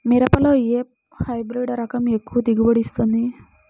మిరపలో ఏ హైబ్రిడ్ రకం ఎక్కువ దిగుబడిని ఇస్తుంది?